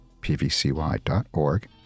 pvcy.org